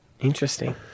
Interesting